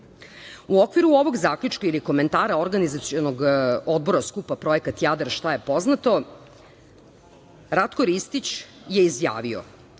okviru ovog zaključka ili komentara Organizacionog odbora skupa Projekat "Jadar" šta je poznato? Ratko Ristić je izjavio